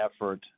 effort